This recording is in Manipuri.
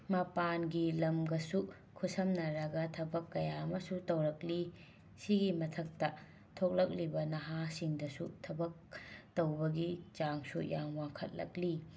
ꯃꯄꯥꯟꯒꯤ ꯂꯝꯒꯁꯨ ꯈꯨꯠꯁꯝꯅꯔꯒ ꯊꯕꯛ ꯀꯌꯥ ꯑꯃꯁꯨ ꯇꯧꯔꯛꯂꯤ ꯁꯤꯒꯤ ꯃꯊꯛꯇ ꯊꯣꯛꯂꯛꯂꯤꯕ ꯅꯍꯥꯁꯤꯡꯗꯁꯨ ꯊꯕꯛ ꯇꯧꯕꯒꯤ ꯆꯥꯡꯁꯨ ꯌꯥꯝ ꯋꯥꯡꯈꯠꯂꯛꯂꯤ